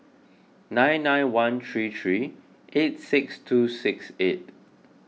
nine nine one three three eight six two six eight